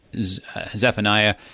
Zephaniah